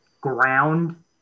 ground